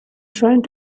trying